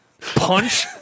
punch